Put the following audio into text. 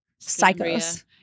Psychos